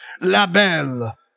Labelle